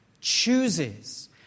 chooses